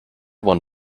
one